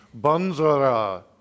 Banzara